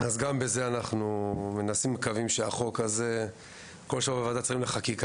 גם בנוגע לחוק הזה אנחנו נשאלים מידי שבוע בוועדת השרים לחקיקה,